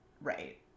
right